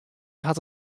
hat